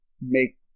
make